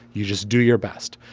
you just do your best.